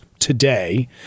today